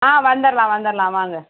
ஆ வந்திர்லாம் வந்திர்லாம் வாங்க